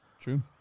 True